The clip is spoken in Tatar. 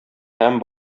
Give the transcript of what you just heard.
һәм